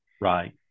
Right